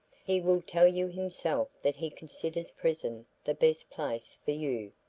he will tell you himself that he considers prison the best place for you.